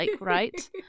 right